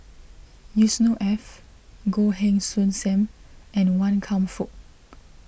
Yusnor Ef Goh Heng Soon Sam and Wan Kam Fook